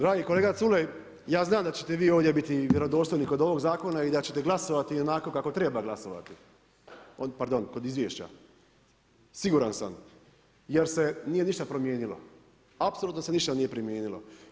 Dragi kolega Culej, ja znam da ćete vi ovdje biti vjerodostojni kod ovog zakona i da ćete glasovati onako kako treba glasovati, pardon kod izvješća, siguran sam, jer se nije ništa promijenilo, apsolutno se ništa nije promijenilo.